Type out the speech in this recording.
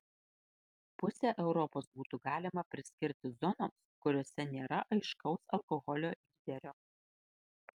pusę europos būtų galima priskirti zonoms kuriose nėra aiškaus alkoholio lyderio